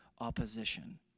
opposition